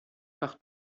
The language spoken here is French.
par